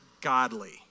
godly